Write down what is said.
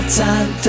time